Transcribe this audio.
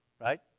Right